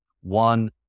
one